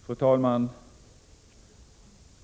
Fru talman!